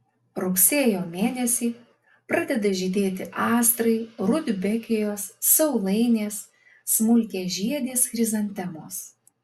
rugsėjo mėnesį pradeda žydėti astrai rudbekijos saulainės smulkiažiedės chrizantemos